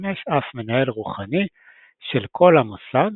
שמשמש אף מנהל רוחני של כל המוסד,